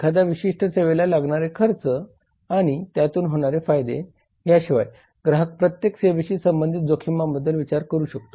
एखाद्या विशिष्ट सेवेला लागणारे खर्च आणि त्यातून होणारे फायदे याशिवाय ग्राहक प्रत्येक सेवेशी संबंधित जोखीमांबद्दल विचार करू शकतो